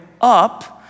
up